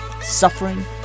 suffering